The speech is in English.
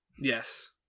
Yes